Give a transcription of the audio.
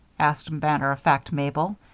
asked matter-of-fact mabel.